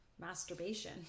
masturbation